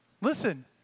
Listen